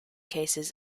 cases